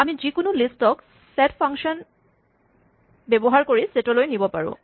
আমি যিকোনো লিষ্টক ছেট ফাংচন ব্যৱহাৰ কৰি ছেটলৈ নিব পাৰোঁ